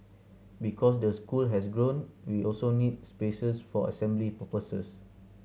because the school has grown we also need spaces for assembly purposes